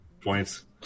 points